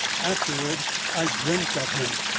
afterward i dreamt of him.